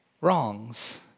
wrongs